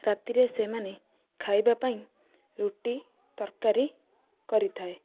ରାତିରେ ସେମାନେ ଖାଇବା ପାଇଁ ରୁଟି ତରକାରି କରିଥାଏ